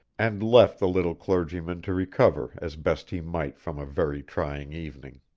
and left the little clergyman to recover as best he might from a very trying evening.